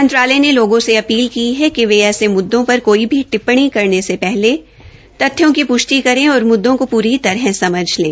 मंत्रालय ने लागों से अपील की है कि वे ऐसे मुद्दों पर काई टिप्पणी करने से पहले तथ्यों की प्ष्टि करे और मूद्दे का पूरी तरह समझ लें